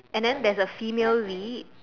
and then there's a female lead